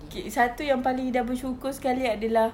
okay satu yang paling ida bersyukur sekali adalah